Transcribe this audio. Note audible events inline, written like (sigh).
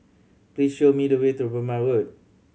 please show me the way to (unintelligible) Road